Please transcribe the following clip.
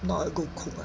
not a good cook ah